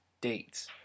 dates